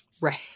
right